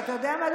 ואתה יודע מה,